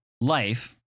life